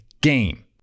game